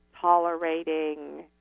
tolerating